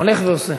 הולך ועושה.